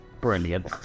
Brilliant